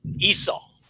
Esau